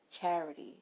charity